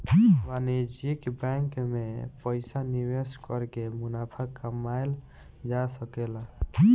वाणिज्यिक बैंकिंग में पइसा निवेश कर के मुनाफा कमायेल जा सकेला